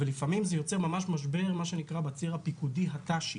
לפעמים זה יוצר ממש משבר בציר הפיקודי הת"שי.